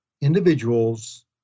individuals